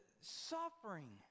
suffering